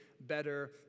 better